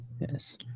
Yes